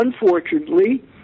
unfortunately